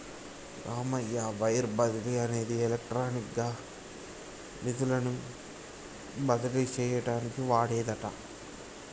Ramayya wire బదిలీ అనేది electronic గా నిధులను బదిలీ చేయటానికి వాడేదట